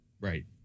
Right